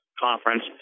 conference